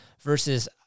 versus